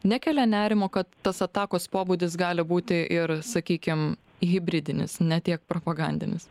nekelia nerimo kad tas atakos pobūdis gali būti ir sakykim hibridinis ne tiek propagandinis